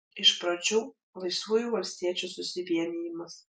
iš pradžių laisvųjų valstiečių susivienijimas